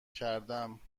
کردم